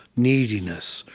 neediness,